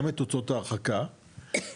גם את הוצאות ההרחקה וגם,